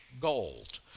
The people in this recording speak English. gold